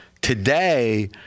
Today